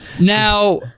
Now